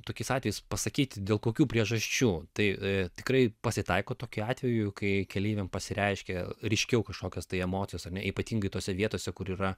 tokiais atvejais pasakyt dėl kokių priežasčių tai tikrai pasitaiko tokių atvejų kai keleiviam pasireiškia ryškiau kažkokios tai emocijos ar ne ypatingai tose vietose kur yra